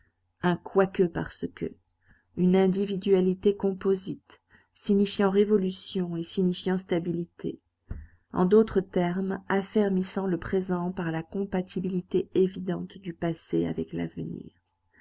un quoique parce que une individualité composite signifiant révolution et signifiant stabilité en d'autres termes affermissant le présent par la compatibilité évidente du passé avec l'avenir